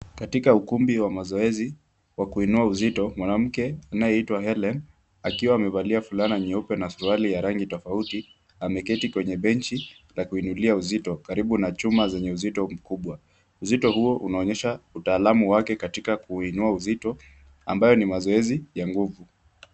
Katika ukumbi wa mazoezi wa kuinua uzito, mwanamke anayeitwa Hellen akiwa amevalia fulana nyeupe na suruali ya rangi tofauti, ameketi kwenye benchi la kuinulia uzito karibu na chuma zenye uzito mkubwa. Uzito huo unaonyesha utaalamu wake katika kuinua uzito ambao ni mazoezi ya nguvu.